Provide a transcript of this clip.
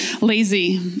lazy